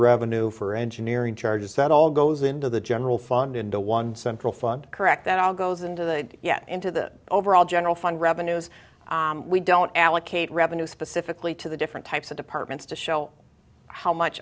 revenue for engineering charges that all goes into the general fund into one central fund correct that all goes into the yes into the overall general fund revenues we don't allocate revenue specifically to the different types of departments to show how much